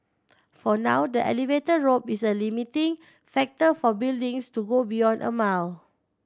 for now the elevator rope is a limiting factor for buildings to go beyond a mile